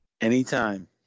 Anytime